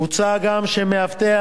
מוצע גם שמאבטח,